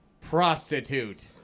Prostitute